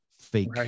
fake